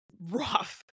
rough